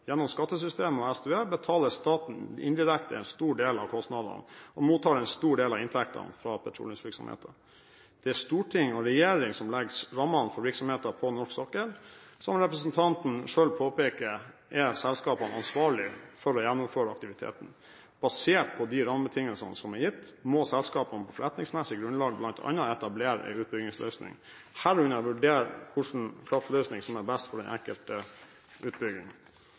Gjennom skattesystemet og SDØE betaler staten indirekte en stor del av kostnadene og mottar en stor del av inntektene fra petroleumsvirksomheten. Det er storting og regjering som legger rammene for virksomheten på norsk sokkel. Som representanten selv påpeker, er selskapene ansvarlige for å gjennomføre aktiviteten. Basert på de rammebetingelsene som er gitt, må selskapene på forretningsmessig grunnlag bl.a. etablere en utbyggingsløsning, herunder vurdere hvilken type kraftløsning som er best for den enkelte utbygging.